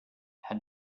had